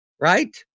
right